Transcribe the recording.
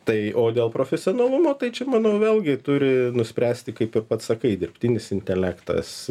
tai o dėl profesionalumo tai čia manau vėlgi turi nuspręsti kaip ir pats sakai dirbtinis intelektas